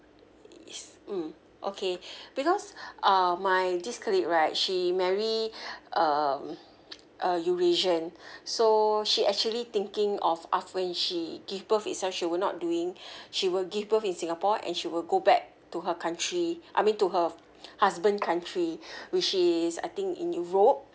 yes mm okay because uh my this colleague right she marry um eurasian so she actually thinking of of when she give birth itself she would not doing she will give birth in singapore and she will go back to her country I mean to her husband country which is I think in europe